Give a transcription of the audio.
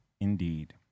indeed